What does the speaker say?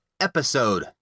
Episode